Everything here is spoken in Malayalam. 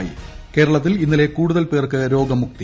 ന് കേരളത്തിൽ ഇന്നീർല് കൂടുതൽ പേർക്ക് രോഗമുക്തി